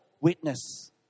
witness